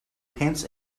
pants